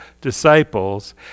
disciples